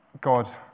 God